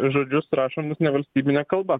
žodžius rašomus nevalstybine kalba